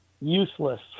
useless